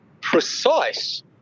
precise